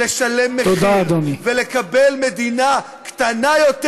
לשלם מחיר ולקבל מדינה קטנה יותר,